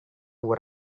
what